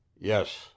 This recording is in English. Yes